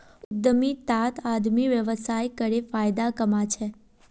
उद्यमितात आदमी व्यवसाय करे फायदा कमा छे